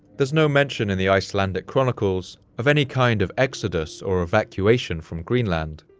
there's no mention in the icelandic chronicles of any kind of exodus or evacuation from greenland,